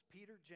Peter